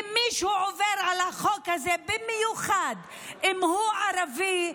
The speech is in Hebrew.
ואם מישהו עובר על החוק הזה, במיוחד אם הוא ערבי,